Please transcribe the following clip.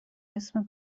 اسم